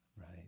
Right